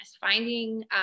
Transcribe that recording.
finding